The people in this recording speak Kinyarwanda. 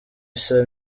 isa